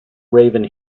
raven